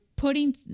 putting